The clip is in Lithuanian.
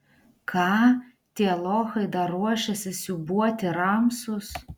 ką tie lochai dar ruošiasi siūbuoti ramsus